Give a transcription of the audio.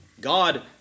God